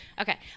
okay